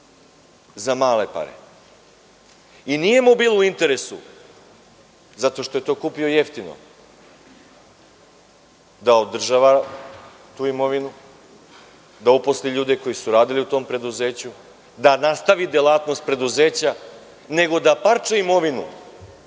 za male pare i nije mu bilo u interesu, zato što je to kupio jeftino, da održava tu imovinu, da uposli ljude koji su radili u tom preduzeću, da nastavi delatnost preduzeća, nego da parča imovinu